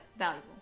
valuable